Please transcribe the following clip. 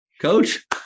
Coach